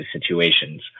situations